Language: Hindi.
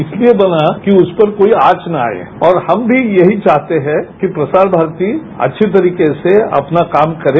इसलिये बना कि उस पर कोई आंच न आये और हम भी यही चाहते हैं कि प्रसार भारती अच्छी तरीके से अपना काम करे